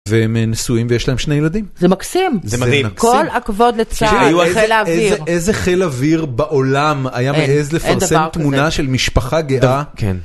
והם נשואים ויש להם שני ילדים. -זה מקסים. -זה מדהים. -כל הכבוד לצה"ל, חיל האוויר. -איזה חיל אוויר בעולם היה מעז לפרסם תמונה של משפחה גאה? -אין, אין דבר כזה -כן.